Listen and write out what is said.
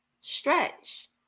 Stretch